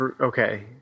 Okay